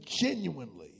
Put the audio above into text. genuinely